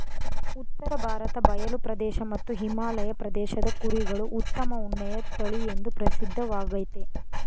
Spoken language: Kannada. ಉತ್ತರ ಭಾರತ ಬಯಲು ಪ್ರದೇಶ ಮತ್ತು ಹಿಮಾಲಯ ಪ್ರದೇಶದ ಕುರಿಗಳು ಉತ್ತಮ ಉಣ್ಣೆಯ ತಳಿಎಂದೂ ಪ್ರಸಿದ್ಧವಾಗಯ್ತೆ